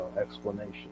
explanation